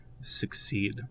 succeed